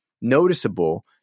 noticeable